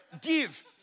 Give